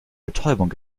betäubung